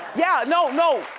yeah, no, no,